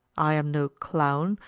i am no clown,